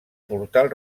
portal